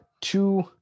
two